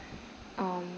um